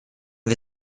wir